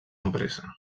empresa